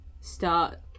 start